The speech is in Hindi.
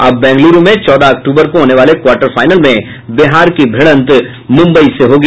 अब बेंगल्रू में चौदह अक्टूबर को होने वाले क्वार्टर फाइनल में बिहार की भिडंत मुम्बई से होगी